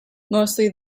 mostly